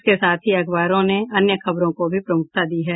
इसके साथ ही अखबारों ने अन्य खबरों को भी प्रमुखता दी है